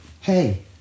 hey